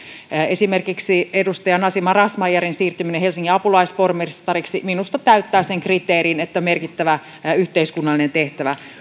esimerkiksi edustaja nasima razmyarin siirtyminen helsingin apulaispormestariksi minusta täyttää sen kriteerin että on merkittävä yhteiskunnallinen tehtävä